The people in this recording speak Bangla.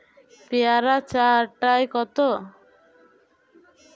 পেয়ারা চার টায় কত?